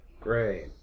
Great